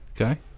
Okay